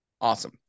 awesome